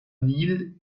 nil